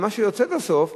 אבל מה שיוצא בסוף,